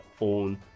own